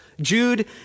Jude